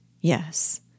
Yes